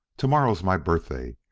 to-morrow's my birthday,